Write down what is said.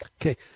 Okay